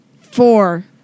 Four